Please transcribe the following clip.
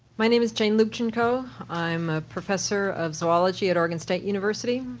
my name is jane lubchenco, i'm a professor of zoology at oregon state university,